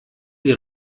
die